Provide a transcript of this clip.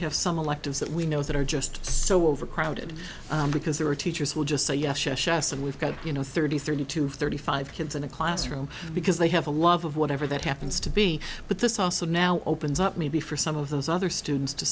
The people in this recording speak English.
have some electives that we know that are just so overcrowded because there are teachers who just say yes yes yes and we've got you know thirty thirty to thirty five kids in a classroom because they have a love of whatever that happens to be but this also now opens up maybe for some of those other students to